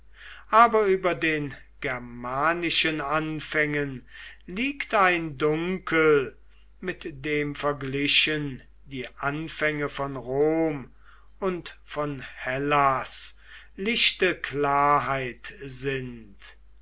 aber über den germanischen anfängen liegt ein dunkel mit dem verglichen die anfänge von rom und von hellas lichte klarheit sind